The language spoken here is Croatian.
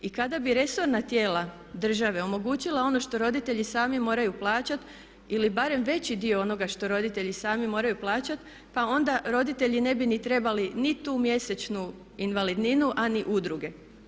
I kada bi resorna tijela države omogućila ono što roditelji sami moraju plaćati ili barem veći dio onoga što roditelji sami moraju plaćati pa onda roditelji ne bi ni trebali ni tu mjesečnu invalidninu a ni udruge.